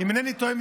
אם אינני טועה,